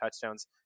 touchdowns